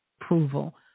approval